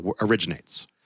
originates